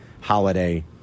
Holiday